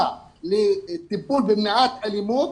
לטיפול במניעת אלימות,